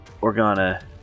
Organa